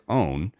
own